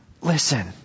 Listen